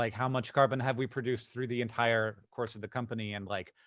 like how much carbon have we produced through the entire course of the company? and, like,